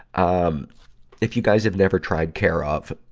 um if you guys have never tried care of, ah,